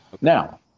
Now